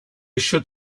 should